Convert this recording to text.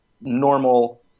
normal